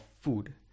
food